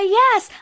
yes